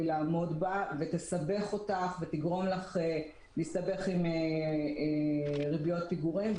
לעמוד בה ותסבך אותך ותגרום לך להסתבך עם ריביות פיגורים,